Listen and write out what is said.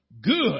good